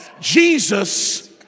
Jesus